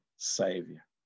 Savior